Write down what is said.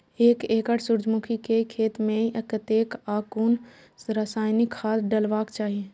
एक एकड़ सूर्यमुखी केय खेत मेय कतेक आ कुन रासायनिक खाद डलबाक चाहि?